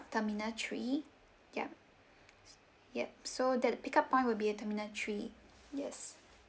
terminal three ya ya so that pick up point would be at terminal three yes